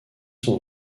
sont